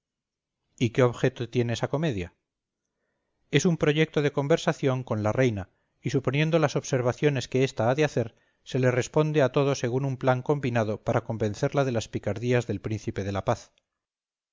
y qué objeto tiene esa comedia es un proyecto de conversación con la reina y suponiendo las observaciones que ésta ha de hacer se le responde a todo según un plan combinado para convencerla de las picardías del príncipe de la paz